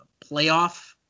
playoff